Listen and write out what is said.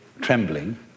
trembling